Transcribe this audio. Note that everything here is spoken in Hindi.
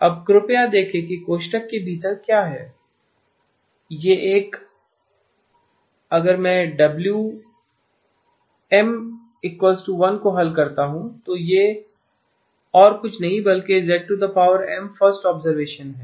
अब कृपया देखें कि कोष्ठक के भीतर क्या है यह एक अगर मैं WM 1 को हल करता हूं तो यह और कुछ नहीं बल्कि zM फर्स्ट ऑब्जर्वेशन है